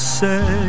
say